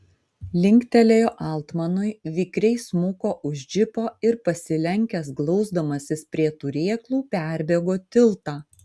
linktelėjo altmanui vikriai smuko už džipo ir pasilenkęs glausdamasis prie turėklų perbėgo tiltą